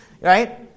right